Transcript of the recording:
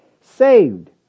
saved